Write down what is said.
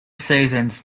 seasons